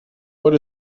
what